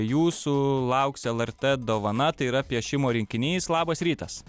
jūsų lauks lrt dovana tai yra piešimo rinkinys labas rytas